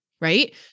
right